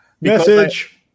Message